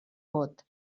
vot